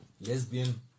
lesbian